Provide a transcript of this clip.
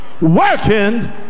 Working